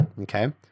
Okay